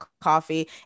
coffee